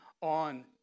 on